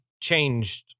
changed